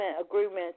agreements